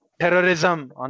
terrorism